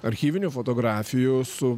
archyvinių fotografijų su